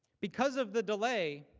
because of the delay.